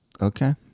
Okay